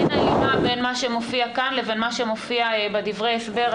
אין הלימה בין מה שמופיע כאן לבין מה שמופיע בדברי ההסבר,